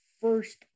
first